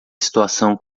situação